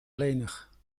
lenig